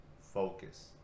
focus